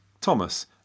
Thomas